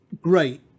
great